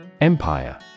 Empire